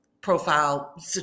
profile